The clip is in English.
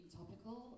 topical